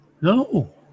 No